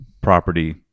property